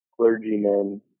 clergymen